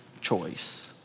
choice